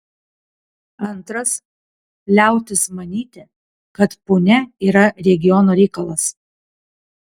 antras liautis manyti kad punia yra regiono reikalas